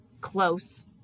close